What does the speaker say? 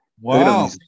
Wow